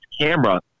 camera